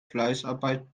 fleißarbeit